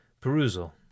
perusal